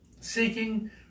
seeking